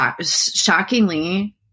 Shockingly